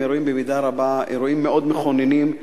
שהם במידה רבה אירועים מאוד מכוננים,